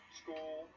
school